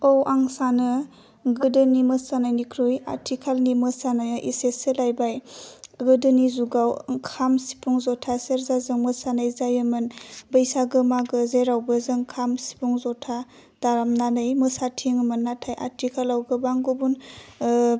औ आं सानो गोदोनि मोसानायनिख्रुइ आथिखालनि मोसानाया एसे सोलायबाय गोदोनि जुगाव काम सिफुं जथा सेरजाजों मोसानाय जायोमोन बैसागो माघो जेरावबो जों खाम सिफुं जथा दामनानै मोसाथिङोमोन नाथाय आथिखालाव गोबां गुबुन ओह